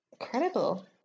Incredible